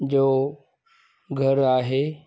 जो घर आहे